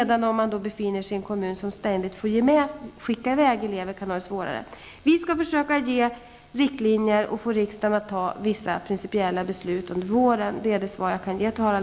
Däremot kan det vara svårare för en kommun som ständigt får skicka i väg elever utan att ta emot andra elever. Vi skall försöka ge riktlinjer och försöka få riksdagen att fatta vissa principiella beslut under våren. Det är det svar jag kan ge till Harald